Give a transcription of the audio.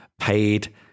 paid